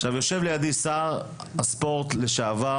עכשיו יושב לידי שר הספורט לשעבר,